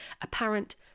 apparent